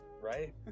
Right